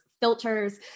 filters